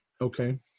Okay